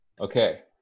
Okay